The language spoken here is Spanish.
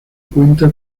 cuenta